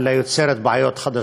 אלא יוצרת בעיות חדשות.